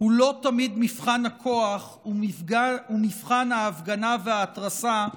הוא לא תמיד מבחן הכוח ומבחן ההפגנה וההתרסה,